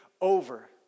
over